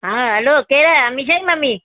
हा हलो केरु आहे अमीश जी मम्मी